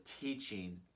teaching